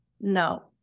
No